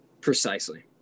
Precisely